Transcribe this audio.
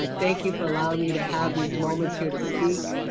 i think you for allowing me to have these moments here to speak.